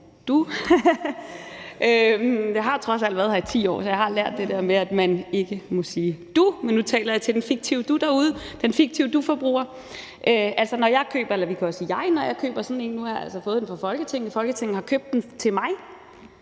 jeg har trods alt været her i 10 år, så jeg har lært det der med, at man ikke må sige »du«, men nu taler jeg til den fiktive »du« derude. Vi kan også sige »jeg«: Når jeg køber sådan en – nu har jeg altså fået den fra Folketinget; Folketinget har købt den til mig